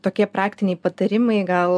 tokie praktiniai patarimai gal